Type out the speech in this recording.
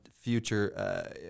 future